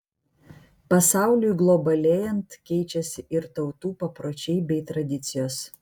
pasauliui globalėjant keičiasi ir tautų papročiai bei tradicijos